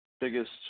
biggest